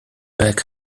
back